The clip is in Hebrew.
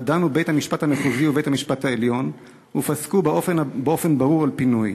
שבה דנו בית-המשפט המחוזי ובית-המשפט העליון ופסקו באופן ברור על פינוי.